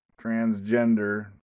transgender